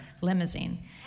limousine